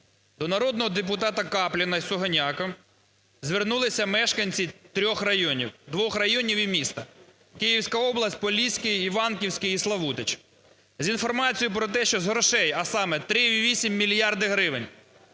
До народних депутатів Капліна і Сугоняко звернулися мешканці трьох районів… двох районів і міста (Київська область, Поліський, Іванківський і Славутич) з інформацією про те, що з грошей, а саме: 3,8 мільярдів гривень,